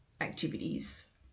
activities